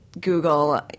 Google